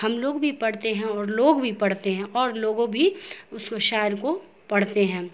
ہم لوگ بھی پڑھتے ہیں اور لوگ بھی پڑھتے ہیں اور لوگوں بھی اس کو شاعر کو پڑھتے ہیں